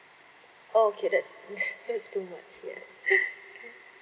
orh okay that that's too much yes